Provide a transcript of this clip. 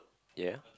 ya